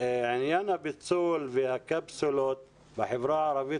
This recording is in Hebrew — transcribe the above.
עניין הפיצול והקפסולות בחברה הערבית,